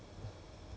oh I